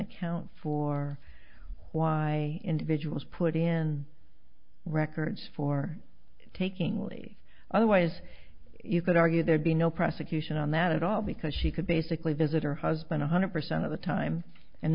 account for why individuals put in records for taking leave otherwise you could argue there'd be no prosecution on that at all because she could basically visit her husband one hundred percent of the time and